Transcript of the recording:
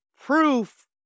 proof